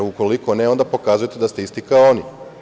Ukoliko ne, onda pokazujete da ste isti kao oni.